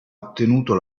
ottenuto